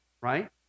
right